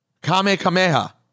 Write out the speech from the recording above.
Kamehameha